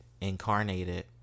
incarnated